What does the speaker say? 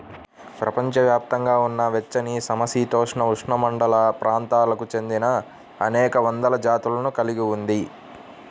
ప్రపంచవ్యాప్తంగా ఉన్న వెచ్చనిసమశీతోష్ణ, ఉపఉష్ణమండల ప్రాంతాలకు చెందినఅనేక వందల జాతులను కలిగి ఉంది